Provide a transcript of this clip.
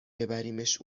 ببریمش